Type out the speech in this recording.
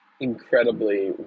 incredibly